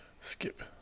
Skip